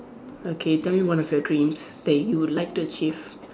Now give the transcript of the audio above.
okay tell me one of your dreams that you would like to achieve